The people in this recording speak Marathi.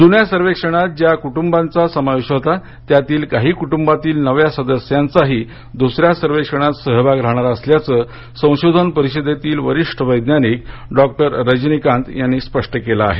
जुन्या सर्वेक्षणात ज्या कुटुंबांचा समावेश होता त्यातील काही कुटुंबातील नव्या सदस्यांचाही दुसऱ्या सर्वेक्षणात सहभाग राहणार असल्याचं संशोधन परिषदेतील वरिष्ठ वैज्ञानिक डॉक्टर रजनी कांत यांनी स्पष्ट केलं आहे